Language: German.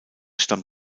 stammt